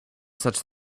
such